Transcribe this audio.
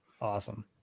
Awesome